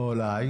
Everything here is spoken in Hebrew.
אולי.